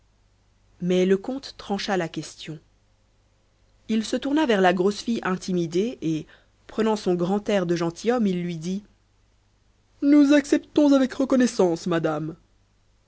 mais le comte trancha la question il se tourna vers la grosse fille intimidée et prenant son grand air de gentilhomme il lui dit nous acceptons avec reconnaissance madame